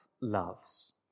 loves